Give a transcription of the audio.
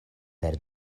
per